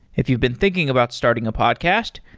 if you've been thinking about starting a podcast,